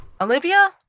Olivia